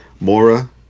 Mora